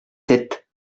sept